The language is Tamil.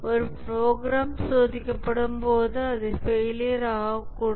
ஒரு ப்ரோக்ராம் சோதிக்கப்படும் போது அது ஃபெயிலியர் ஆகக்கூடும்